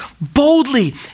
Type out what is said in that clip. boldly